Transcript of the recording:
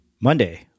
Monday